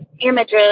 images